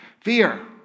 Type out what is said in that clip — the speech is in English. Fear